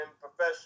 professional